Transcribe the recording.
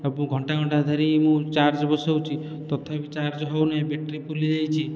ଆଉ ମୁଁ ଘଣ୍ଟା ଘଣ୍ଟା ଧରି ମୁଁ ଚାର୍ଜରେ ବସାଉଛି ତଥାପି ଚାର୍ଜ ହେଉ ନାହିଁ ବ୍ୟାଟେରୀ ଫୁଲି ଯାଇଛି